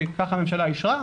וכך הממשלה אישרה.